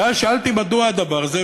ואז שאלתי מדוע הדבר הזה,